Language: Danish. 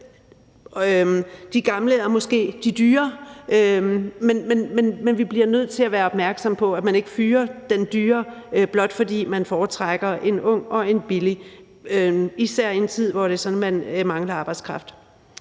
er måske de dyre, men vi bliver nødt til at være opmærksomme på, at man ikke fyrer den dyre, blot fordi man foretrækker en ung og billig, især i en tid, hvor det er sådan, at man mangler arbejdskraft.